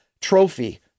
trophy